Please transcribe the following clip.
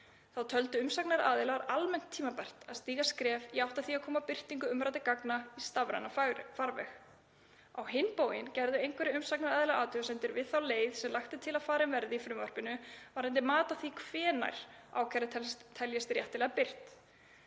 Þá töldu umsagnaraðilar almennt tímabært að stíga skref í átt að því að koma birtingu umræddra gagna í stafrænan farveg. Á hinn bóginn gerðu einhverjir umsagnaraðilar athugasemdir við þá leið sem lagt er til að farin verði í frumvarpinu varðandi mat á því hvenær ákæra teljist réttilega birt.